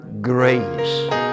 grace